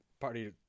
party